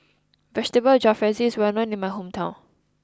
Vegetable Jalfrezi is well known in my hometown